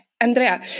Andrea